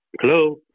Hello